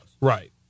right